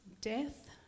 death